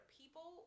people